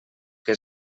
què